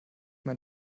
mein